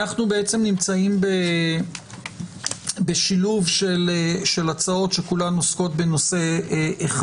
אנחנו נמצאים בשילוב של הצעות שכולן עוסקות בנושא אחד.